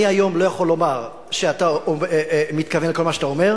אני היום לא יכול לומר שאתה מתכוון לכל מה שאתה אומר,